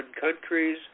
countries